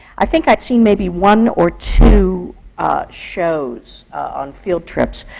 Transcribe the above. i think i'd seen maybe one or two shows on field trips.